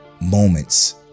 Moments